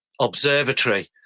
Observatory